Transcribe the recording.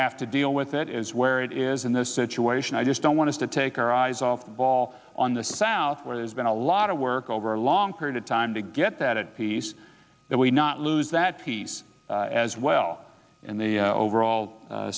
have to deal with it is where it is in this situation i just don't want to take our eyes off the ball on the south where there's been a lot of work over a long period of time to get that it piece that we not lose that piece as well in the overall